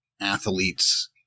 athletes